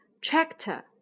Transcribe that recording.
tractor